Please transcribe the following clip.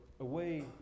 away